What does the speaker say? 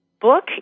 book